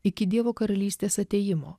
iki dievo karalystės atėjimo